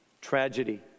tragedy